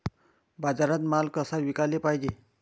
बाजारात माल कसा विकाले पायजे?